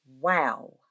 Wow